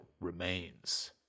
remains